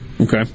Okay